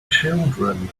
children